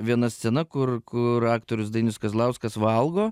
viena scena kur kur aktorius dainius kazlauskas valgo